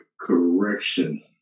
correction